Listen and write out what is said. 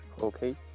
Okay